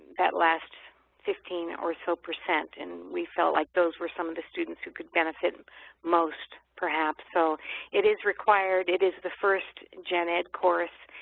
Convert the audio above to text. that last fifteen or so percent and we felt like those were some of the students who could benefit most perhaps. so it is required. it is the first gen ed course.